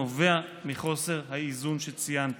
הנובע מחוסר האיזון שציינתי.